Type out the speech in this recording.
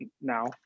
now